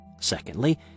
Secondly